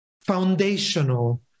foundational